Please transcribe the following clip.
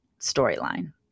storyline